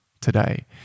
today